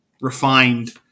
refined –